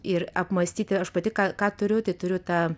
ir apmąstyti aš pati ką ką turiu tai turiu tą